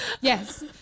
Yes